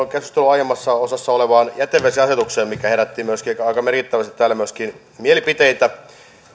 keskustelun aiemmassa osassa olleeseen jätevesiasetukseen mikä herätti aika merkittävästi täällä myöskin mielipiteitä